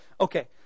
okay